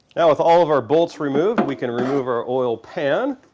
yeah with all of our bolts removed, we can remove our oil pan